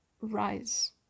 rise